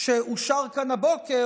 שאושר כאן הבוקר,